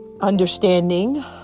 understanding